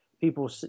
people